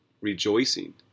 rejoicing